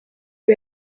lui